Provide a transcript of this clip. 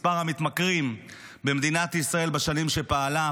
מספר המתמכרים במדינת ישראל בשנים שפעלה,